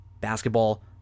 basketball